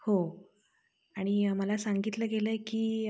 हो आणि मला सांगितलं गेलं आहे की